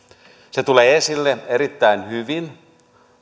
se tulee esille erittäin hyvin